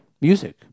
music